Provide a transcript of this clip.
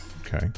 Okay